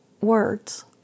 words